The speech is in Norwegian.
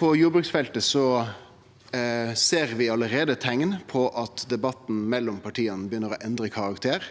på jordbruksfeltet ser vi allereie teikn til at debatten mellom partia begynner å endre karakter,